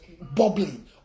bubbling